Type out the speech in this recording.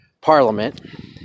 parliament